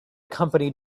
company